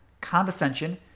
condescension